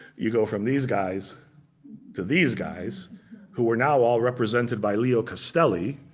you go from these guys to these guys who are now all represented by leo castelli,